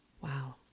wow